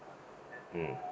mm